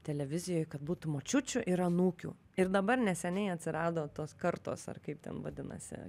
televizijoj kad būtų močiučių ir anūkių ir dabar neseniai atsirado tos kartos ar kaip ten vadinasi